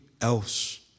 else